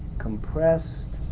compressed